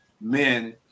men